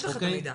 יש לך את המידע.